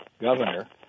governor